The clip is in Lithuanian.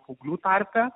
paauglių tarpe